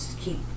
keep